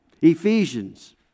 Ephesians